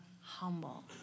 humble